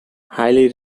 highly